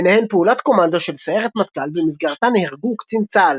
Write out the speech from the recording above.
ביניהן פעולת קומנדו של סיירת מטכ"ל במסגרתה נהרגו קצין צה"ל,